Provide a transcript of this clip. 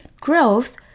growth